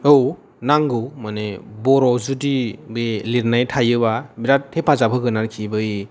औ नांगौ माने बर'आव जुदि बे लिरनाय थायोबा बिराद हेफाजाब होगोन आरोखि बै